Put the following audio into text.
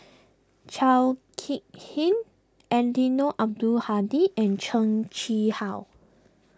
Chao Hick Tin Eddino Abdul Hadi and Heng Chee How